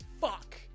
fuck